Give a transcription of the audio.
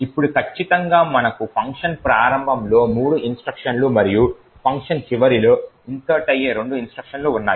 ఇప్పుడు ఖచ్చితంగా మనకు ఫంక్షన్ ప్రారంభంలో మూడు ఇన్స్ట్రక్షన్లు మరియు ఫంక్షన్ చివరిలో ఇన్సర్ట్ అయ్యే రెండు ఇన్స్ట్రక్షన్లు ఉన్నాయి